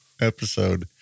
episode